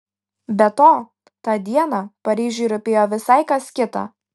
be to tą dieną paryžiui rūpėjo visai kas kita